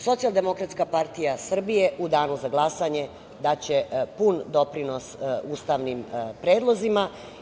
Socijaldemokratska partija Srbije u danu za glasanje daće pun doprinos ustavnim predlozima.